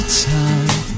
time